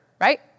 right